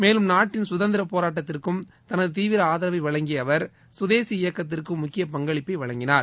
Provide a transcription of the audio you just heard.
மேலும் நாட்டின் சுதந்திரப் போராட்டத்திற்கும் தனது தீவிர ஆதரவை வழங்கிய அவர் சுதேசி இயக்கத்திற்கும் முக்கிய பங்களிப்பை வழங்கினார்